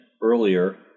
earlier